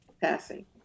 passing